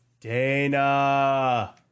dana